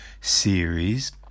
series